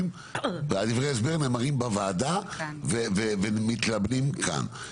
ודברי ההסבר נאמרים בוועדה ומתלבנים כאן.